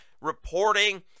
reporting